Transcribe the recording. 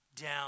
down